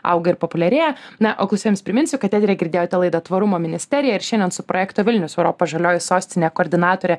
auga ir populiarėja na o klausėjams priminsiu kad eterį girdėjote laidą tvarumo ministerija ir šiandien su projekto vilnius europos žalioji sostinė koordinatore